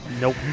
Nope